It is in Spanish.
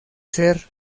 ser